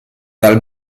dal